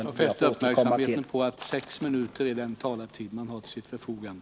Jag får fästa uppmärksamheten på att sex minuter är den talartid som man har till sitt förfogande.